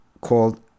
called